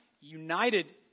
united